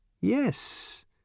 Yes